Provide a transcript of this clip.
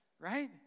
right